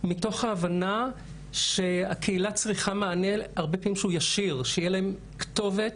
מתוך ההבנה שהקהילה צריכה הרבה פעמים מענה שהוא ישיר: שתהיה להם כתובת.